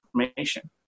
information